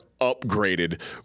upgraded